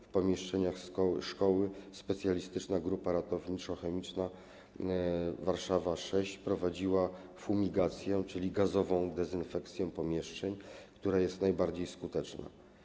W pomieszczeniach szkoły specjalistyczna grupa ratowniczo-chemiczna Warszawa 6 prowadziła fumigację, czyli gazową dezynfekcję pomieszczeń, która jest najbardziej skuteczna.